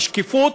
בשקיפות,